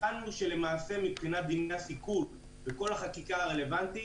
מצאנו שלמעשה מבחינת דיני הסיכול וכל החקיקה הרלוונטית,